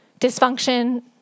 dysfunction